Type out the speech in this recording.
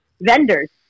vendors